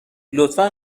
لطفا